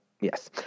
Yes